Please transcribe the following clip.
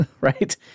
right